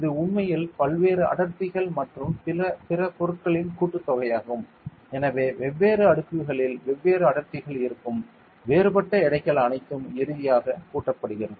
இது உண்மையில் பல்வேறு அடர்த்திகள் மற்றும் பிற பொருட்களின் கூட்டுத்தொகையாகும் எனவே வெவ்வேறு அடுக்குகளில் வெவ்வேறு அடர்த்திகள் இருக்கும் வேறுபட்ட எடைகள் அனைத்தும் இறுதியாக கூட்டப்படுகிறது